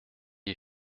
est